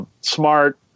smart